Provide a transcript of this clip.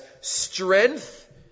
strength